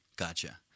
Gotcha